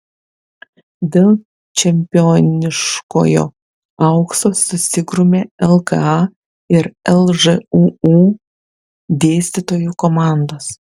dėl čempioniškojo aukso susigrūmė lka ir lžūu dėstytojų komandos